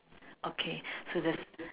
okay so this